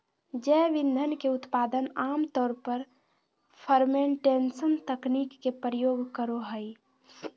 जैव ईंधन के उत्पादन आम तौर पर फ़र्मेंटेशन तकनीक के प्रयोग करो हइ